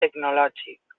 tecnològic